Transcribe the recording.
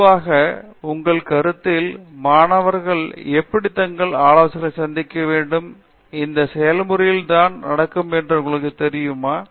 பேராசிரியர் பிரதாப் ஹரிதாஸ் பொதுவாக உங்கள் கருத்தில் மாணவர்கள் எப்படி தங்கள் ஆலோசகரை சந்திக்க வேண்டும் இந்த செயல்முறையில்தான் நடக்கும் என்று உங்களுக்குத் தெரியுமா